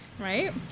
right